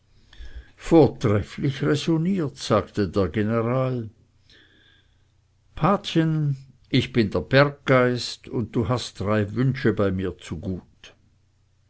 vortrefflich räsoniert sagte der general patchen ich bin der berggeist und du hast drei wünsche bei mir zu gut